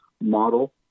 model